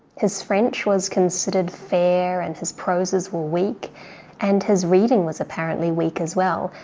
his french was considered fair and his proses were weak and his reading was apparently weak as well.